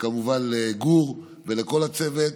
וכמובן לגור ולכל הצוות,